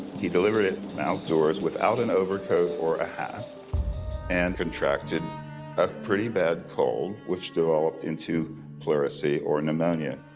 he delivered it outdoors without an overcoat or hat and contracted a pretty bad cold, which developed into pleurisy or pneumonia.